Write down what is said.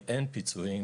היא אין פיצויים.